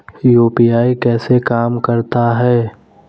UPI कैसे काम करता है?